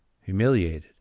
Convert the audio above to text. humiliated